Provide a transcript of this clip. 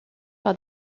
par